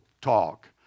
talk